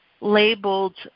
labeled